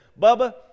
Bubba